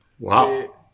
Wow